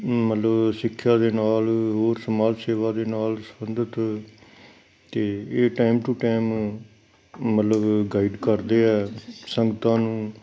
ਮਤਲਬ ਸਿੱਖਿਆ ਦੇ ਨਾਲ ਹੋਰ ਸਮਾਜ ਸੇਵਾ ਦੇ ਨਾਲ ਸੰਬੰਧਿਤ ਅਤੇ ਇਹ ਟਾਈਮ ਟੂ ਟਾਈਮ ਮਤਲਬ ਗਾਈਡ ਕਰਦੇ ਆ ਸੰਗਤਾਂ ਨੂੰ